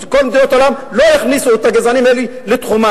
שכל מדינות העולם לא יכניסו את הגזענים האלה לתחומן.